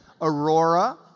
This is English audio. Aurora